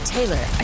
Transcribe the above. Taylor